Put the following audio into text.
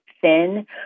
thin